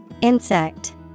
Insect